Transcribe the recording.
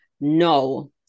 No